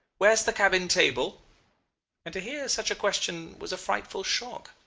where's the cabin-table and to hear such a question was a frightful shock.